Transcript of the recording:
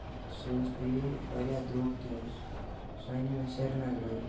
سُہ حظ پیٚیے واریاہ درٛوٚگ تہِ حظ سُہ اَنے مےٚ سرینگرٕ حظ